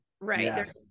right